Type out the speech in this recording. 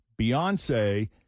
Beyonce